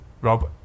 Rob